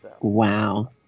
Wow